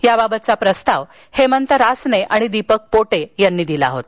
याबाबतचा प्रस्ताव हेमंत रासने आणि दीपक पोटे यांनी दिला होता